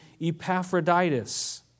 Epaphroditus